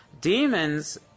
Demons